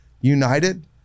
united